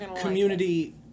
community